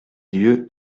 lieu